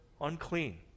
unclean